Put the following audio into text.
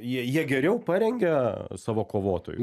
jie jie geriau parengia savo kovotojų